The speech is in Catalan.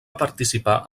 participar